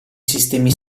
sistemi